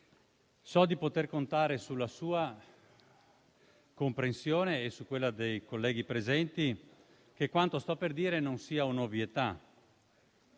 so di poter contare sulla sua comprensione e su quella dei colleghi presenti rispetto al fatto che quanto sto per dire non sia una ovvietà.